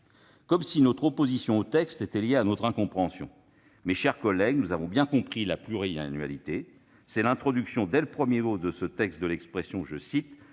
Comme si notre opposition au texte était due à notre incompréhension ! Mes chers collègues, nous avons bien compris ce que signifie la pluriannualité. L'introduction, dès les premiers mots de ce texte, de l'expression « dans